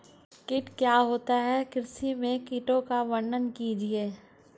कीट क्या होता है कृषि में कीटों का वर्णन कीजिए?